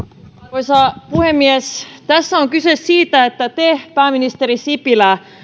arvoisa puhemies tässä on kyse siitä että te pääministeri sipilä